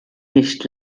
nicht